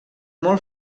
molt